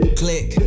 click